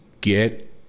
get